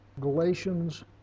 Galatians